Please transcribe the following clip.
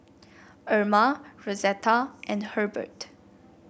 Erma Rosetta and Hurbert